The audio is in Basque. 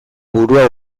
burua